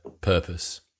purpose